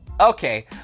okay